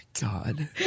God